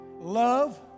love